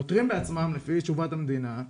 העותרים בעצמם לפי תשובת המדינה,